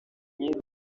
myiza